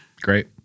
Great